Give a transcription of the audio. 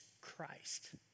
Christ